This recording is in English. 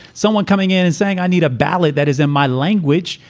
someone coming in and saying, i need a ballot that is in my language.